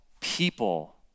people